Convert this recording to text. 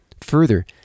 further